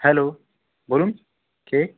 hello বলুন কে